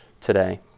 today